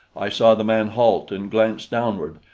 i saw the man halt and glance downward,